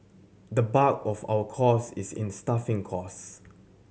the bulk of our cost is in staffing cost